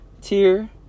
tier